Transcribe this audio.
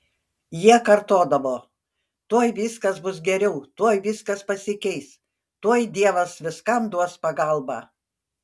jie kartodavo tuoj viskas bus geriau tuoj viskas pasikeis tuoj dievas viskam duos pagalbą